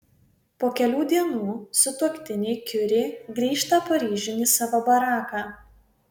po kelių dienų sutuoktiniai kiuri grįžta paryžiun į savo baraką